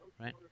Right